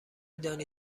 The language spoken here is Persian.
دانی